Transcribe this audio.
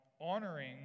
honoring